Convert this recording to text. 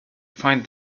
find